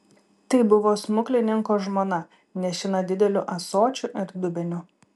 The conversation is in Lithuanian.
tai buvo smuklininko žmona nešina dideliu ąsočiu ir dubeniu